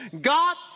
God